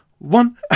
One